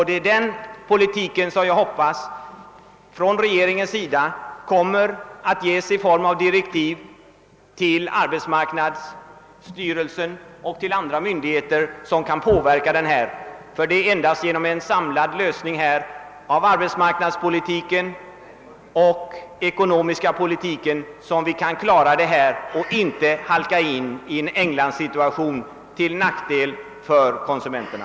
Det är den politiken jag hoppas att man från regeringens sida kommer att föra i form av direktiv till arbetsmarknadsstyrelsen och till andra myndigheter som kan påverka utvecklingen. Endast genom en samlad lösning på problemen inom arbetsmarknadspolitiken och den ekonomiska politiken kan vi klara detta och undvika att halka in i Englands situation, till nackdel för konsumenterna.